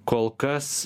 kol kas